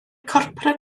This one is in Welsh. corpora